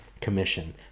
Commission